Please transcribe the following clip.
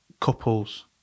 couples